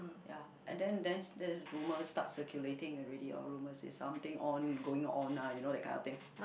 ya and then then that's rumours start circulating already or rumours is something on going on ah you know that kind of thing